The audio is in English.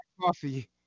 coffee